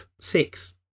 six